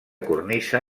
cornisa